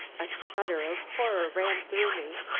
a shudder of horror ran through me.